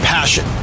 Passion